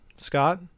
Scott